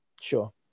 sure